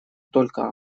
только